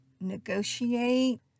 negotiate